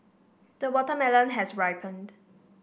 the watermelon has ripened